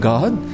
God